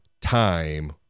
time